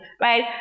right